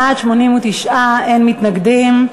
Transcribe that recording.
בעד, 89, אין מתנגדים.